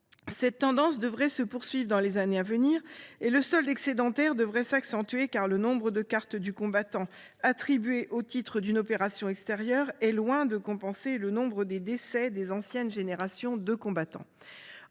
Cette tendance devrait se poursuivre dans les années à venir et le solde excédentaire devrait s’accentuer, car le nombre de cartes du combattant attribuées au titre d’une opération extérieure est loin de compenser le nombre des décès des anciennes générations de combattants.